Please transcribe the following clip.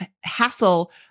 hassle